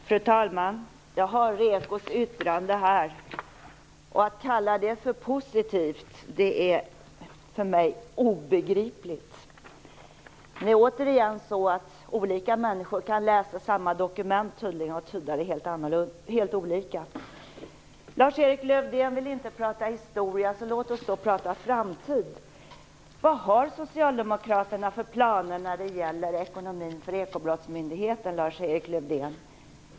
Fru talman! Jag har REKO:s yttrande här. Hur det kan kallas för positivt är för mig obegripligt. Återigen: Olika människor kan tydligen läsa samma dokument och tyda det helt olika. Lars-Erik Lövdén vill inte prata historia, så låt oss därför prata framtid. Vilka planer har Socialdemokraterna för ekobrottsmyndighetens ekonomi?